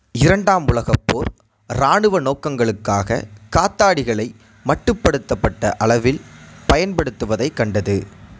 இரண்டாம் உலகப் போர் இராணுவ நோக்கங்களுக்காக காத்தாடிகளை மட்டுப்படுத்தப்பட்ட அளவில் பயன்படுத்துவதைக் கண்டது